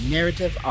Narrative